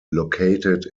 located